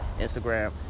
Instagram